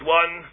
one